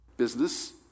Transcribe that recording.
business